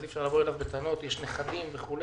אז אי אפשר לבוא אליו בטענות יש נכדים וכו'.